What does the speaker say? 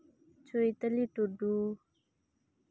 ᱪᱳᱭᱛᱟᱞᱤ ᱴᱩᱰᱩ